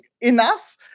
enough